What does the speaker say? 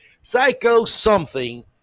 psycho-something